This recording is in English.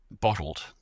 bottled